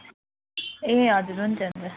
ए हजुर हुन्छ हुन्छ